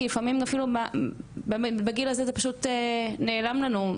כי לפעמים אפילו בגיל הזה זה פשוט נעלם לנו,